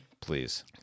Please